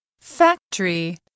Factory